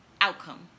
outcome